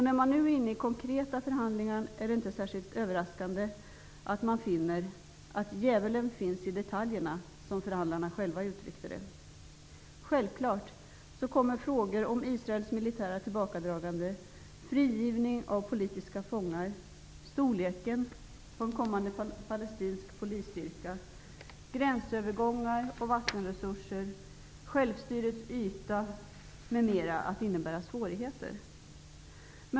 När man nu är inne på konkreta förhandlingar är det inte särskilt överraskande att man finner att djävulen finns i detaljerna, som förhandlarna själva uttryckte det. Självfallet kommer frågor om Israels militära tillbakadragande, frigivning av politiska fångar, storleken på en framtida palestinsk polisstyrka, gränsövergångar, vattenresurser, självstyrets yta m.fl. frågor att innebära svårigheter.